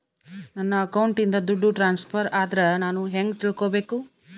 ನನ್ನ ಅಕೌಂಟಿಂದ ದುಡ್ಡು ಟ್ರಾನ್ಸ್ಫರ್ ಆದ್ರ ನಾನು ಹೆಂಗ ತಿಳಕಬೇಕು?